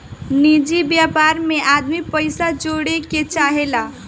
निजि व्यापार मे आदमी पइसा जोड़े के चाहेला